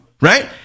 right